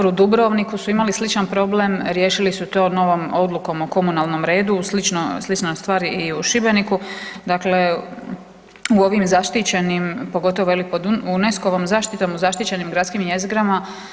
U Dubrovniku su imali sličan problem, riješili su to novom odlukom o komunalnom redu, slična stvar i u Šibeniku, dakle u ovim zaštićenim pogotovo pod UNESCO-ovom zaštitom u zaštićenim gradskim jezgrama.